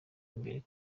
imbere